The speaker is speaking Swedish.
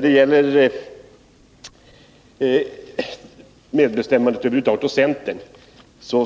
Det